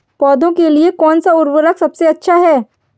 पौधों के लिए कौन सा उर्वरक सबसे अच्छा है?